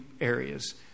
areas